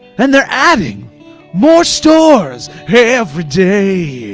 and they're adding more stores everyday.